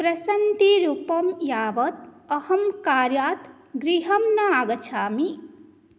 प्रशान्तिरूपं यावद् अहं कार्यात् गृहं न आगच्छामि